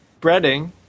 breading